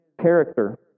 character